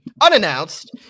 unannounced